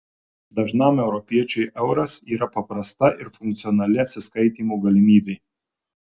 dažnam europiečiui euras yra paprasta ir funkcionali atsiskaitymo galimybė